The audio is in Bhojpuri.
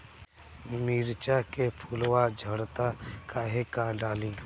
मिरचा के फुलवा झड़ता काहे का डाली?